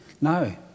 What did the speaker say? No